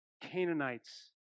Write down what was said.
Canaanites